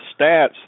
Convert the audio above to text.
stats